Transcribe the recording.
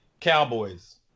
Cowboys